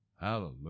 Hallelujah